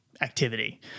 activity